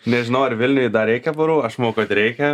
nežinau ar vilniuj dar reikia barų aš manau kad reikia